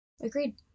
Agreed